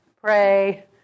Pray